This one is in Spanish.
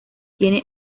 tiene